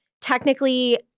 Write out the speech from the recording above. technically